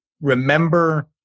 remember